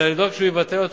אלא לדאוג שהוא יבטל אותו,